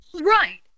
Right